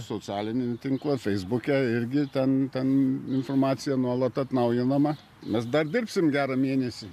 socialinį tinklą feisbuke irgi ten ten informacija nuolat atnaujinama mes dar dirbsim gerą mėnesį